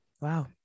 Wow